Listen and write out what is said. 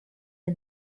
der